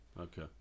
okay